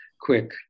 quick